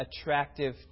attractive